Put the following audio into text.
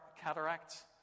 cataracts